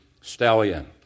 stallion